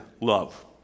love